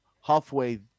halfway